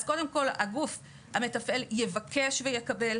אז קודם כל, הגוף המתפעל יבקש ויקבל.